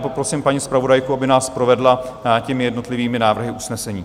Poprosím paní zpravodajku, aby nás provedla jednotlivými návrhy usnesení.